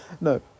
No